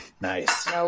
Nice